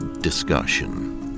discussion